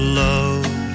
love